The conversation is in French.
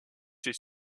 est